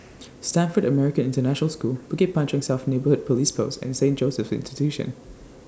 Stamford American International School Bukit Panjang South Neighbour Police Post and Saint Joseph's Institution